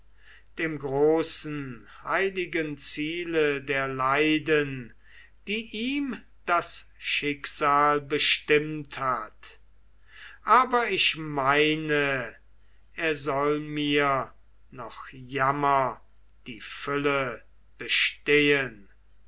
dem großen heiligen ziele der leiden die ihm das schicksal bestimmt hat aber ich meine er soll mir noch jammer die fülle bestehen